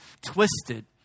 twisted